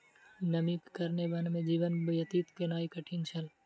नमीक कारणेँ वन में जीवन व्यतीत केनाई कठिन छल